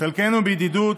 חלקנו בידידות,